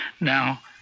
Now